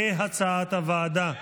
כהצעת הוועדה.